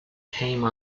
came